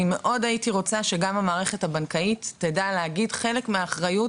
אני הייתי מאוד רוצה שגם המערכת הבנקאית תדע להגיד שחלק מהאחריות